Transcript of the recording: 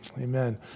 Amen